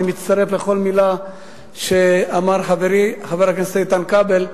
אני מצטרף לכל מלה שאמר חברי חבר הכנסת איתן כבל.